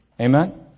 Amen